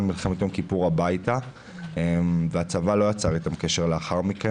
מלחמת יום כיפור הביתה והצבא לא יצר איתם קשר לאחר מכן